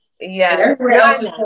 yes